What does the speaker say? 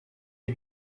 est